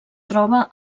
troba